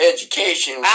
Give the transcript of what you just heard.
Education